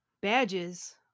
Badges